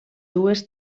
dues